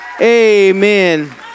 Amen